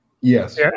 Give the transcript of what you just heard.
Yes